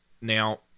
Now